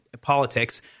politics